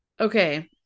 Okay